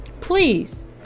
Please